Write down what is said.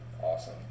Awesome